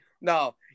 No